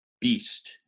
beast